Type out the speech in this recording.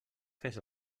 fes